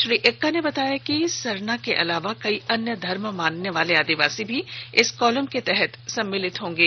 श्री एक्का ने बताया कि सरना के अलावा कई अन्य धर्म को माननेवाले आदिवासी भी इस कॉलम के तहत सम्मिलित होंगे